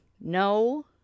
no